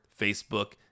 Facebook